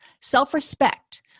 Self-respect